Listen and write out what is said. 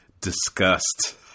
disgust